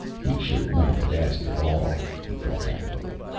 he should not have asked at all, he thought angrily.